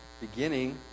beginning